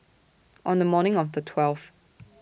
on The morning of The twelfth